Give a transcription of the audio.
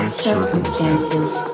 circumstances